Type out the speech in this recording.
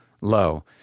low